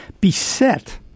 beset